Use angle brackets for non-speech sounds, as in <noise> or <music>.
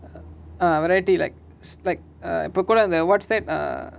uh variety like <noise> like err இப்ப கூட அந்த:ippa kooda antha what's that err